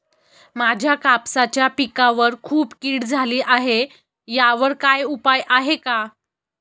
माझ्या कापसाच्या पिकावर खूप कीड झाली आहे यावर काय उपाय आहे का?